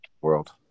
world